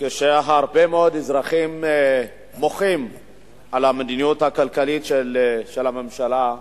וכשהרבה מאוד אזרחים מוחים על המדיניות הכלכלית של הממשלה,